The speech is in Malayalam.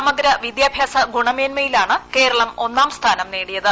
സമഗ്ര വിദ്യാഭ്യാസ ഗുണ മേന്മയിലാണ് കേരളം ഒന്നാം സ്ഥാനം നേടിയത്